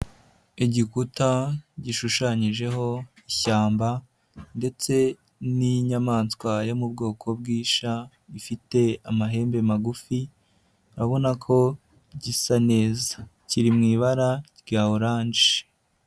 Igikuta gishushanyijeho ishyamba ndetse n'inyamaswa yo mu bwoko bw'ishya ifite amahembe magufi, urabona ko gisa neza kiri mu ibara rya oranje.